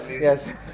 yes